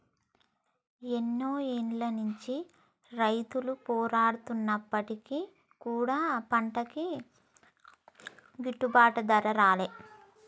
ఎన్నో ఏళ్ల నుంచి రైతులు పోరాడుతున్నప్పటికీ కూడా పంటలకి గిట్టుబాటు ధర రాలే